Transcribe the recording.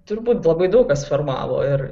turbūt labai daug kas formavo ir